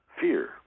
fear